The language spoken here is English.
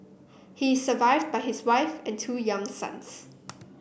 he is survived by his wife and two young sons